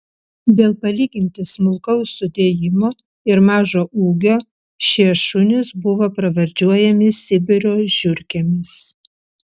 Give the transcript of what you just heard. dėl palyginti smulkaus sudėjimo ir mažo ūgio šie šunys buvo pravardžiuojami sibiro žiurkėmis